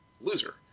loser